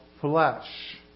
flesh